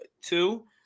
two